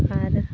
ᱟᱨ